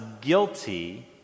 guilty